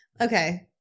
Okay